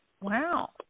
Wow